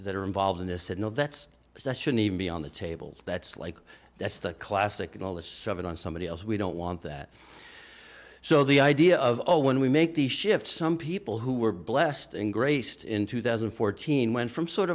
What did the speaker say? that are involved in this said no that's it that should be on the table that's like that's the classic in all this seven on somebody else we don't want that so the idea of all when we make the shift some people who were blessed in graced in two thousand and fourteen went from sort